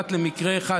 פרט למקרה אחד,